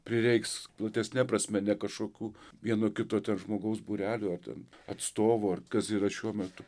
prireiks platesne prasme ne kažkokių vieno kito žmogaus būrelių ar ten atstovų ar kas yra šiuo metu